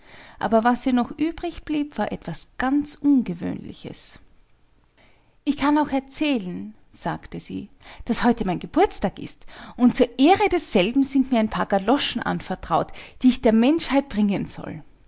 aber was ihr noch übrig blieb war etwas ganz ungewöhnliches ich kann auch erzählen sagte sie daß heute mein geburtstag ist und zur ehre desselben sind mir ein paar galoschen anvertraut die ich der menschheit bringen soll